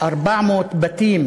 400 בתים